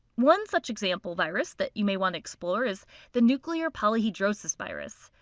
one such example virus that you may want to explore is the nuclear polyhedrosis virus.